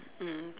mm